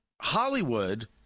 Hollywood